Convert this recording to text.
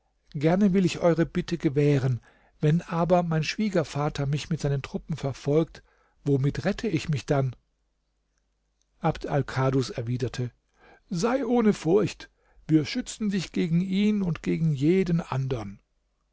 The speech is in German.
gerne will ich eure bitte gewähren wenn aber mein schwiegervater mich mit seinen truppen verfolgt womit rette ich mich dann abd alkadus erwiderte sei ohne furcht wir schützen dich gegen ihn und gegen jeden andern